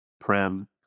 prem